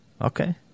Okay